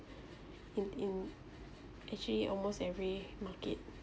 in in actually almost every market